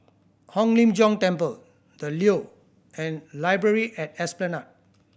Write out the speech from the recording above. Hong Lim Jiong Temple The Leo and Library at Esplanade